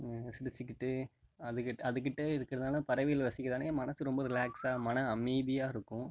சிரிச்சிகிட்டு அதுக்கிட்ட அதுக்கிட்ட இருக்கிறனால பறவைகளை ரசிக்கிறனால் என் மனசு ரொம்ப ரிலாக்ஸ்ஸாக மன அமைதியாக இருக்கும்